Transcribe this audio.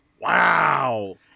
Wow